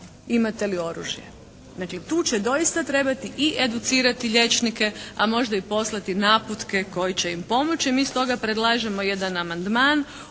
imate li oružje? Znači, tu će doista trebati i educirati liječnike, a možda i poslati naputke koji će im pomoći, a mi stoga predlažemo jedan amandman